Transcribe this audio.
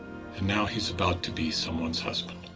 and now he's about to be someone's husband.